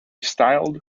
styled